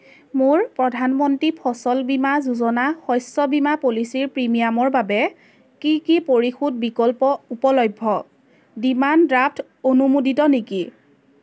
মোৰ প্ৰধানমন্ত্ৰী ফচল বীমা যোজনা শস্য বীমা পলিচীৰ প্ৰিমিয়ামৰ বাবে কি কি পৰিশোধ বিকল্প উপলভ্য ডিমাণ্ড ড্ৰাফ্ট অনুমোদিত নেকি